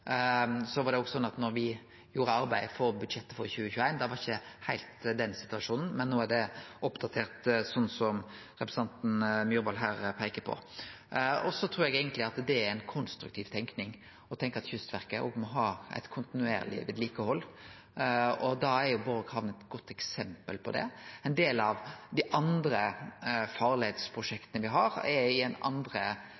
gjorde arbeidet med budsjettet for 2021, var ein ikkje heilt i den situasjonen, men no er det oppdatert, slik representanten Myhrvold her peiker på. Eg trur eigentleg det er ei konstruktiv tenking, å tenkje at Kystverket òg må ha eit kontinuerleg vedlikehald, og da er Borg hamn er eit godt eksempel på det. Ein del av dei andre